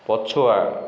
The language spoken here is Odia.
ପଛୁଆ